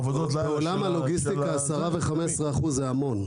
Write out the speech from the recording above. בעולם הלוגיסטיקה 10% ו-15% זה המון.